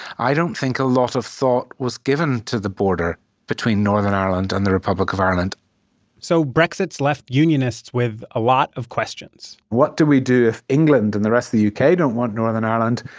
i don't think a lot of thought was given to the border between northern ireland and the republic of ireland so brexit's left unionists with a lot of questions what do we do if england and the rest of the u k. don't want northern ireland?